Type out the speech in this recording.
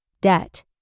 Debt